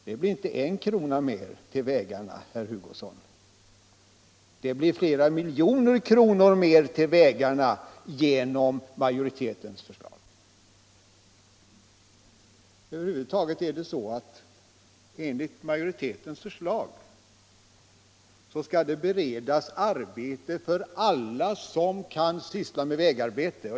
Det blir inte en krona mer till vägarna, herr Hugosson, det blir flera miljoner kronor mer till vägarna genom majoritetens förslag. Enligt majoritetens förslag skall det beredas arbete för alla som kan syssla med vägarbete.